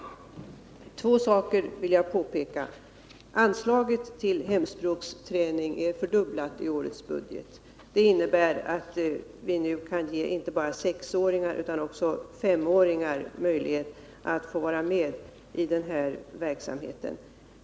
Två saker vill jag sedan påpeka. Anslaget till hemspråksträning är fördubblat i årets budget. Det innebär att vi nu kan ge inte bara sexåringar utan också femåringar möjlighet att vara med i den verksamheten.